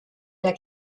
der